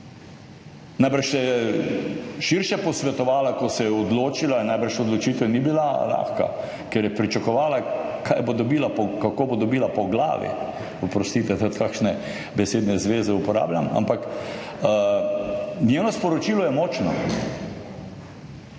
je širše posvetovala, ko se je odločila in najbrž odločitev ni bila lahka, ker je pričakovala, kaj bo dobila, kako bo dobila po glavi. Oprostite, tudi kakšne besedne zveze uporabljam, ampak njeno sporočilo je močno,